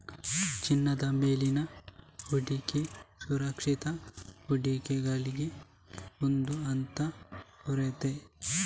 ಚಿನ್ನದ ಮೇಲಿನ ಹೂಡಿಕೆ ಸುರಕ್ಷಿತ ಹೂಡಿಕೆಗಳಲ್ಲಿ ಒಂದು ಅಂತ ಹೇಳ್ತಾರೆ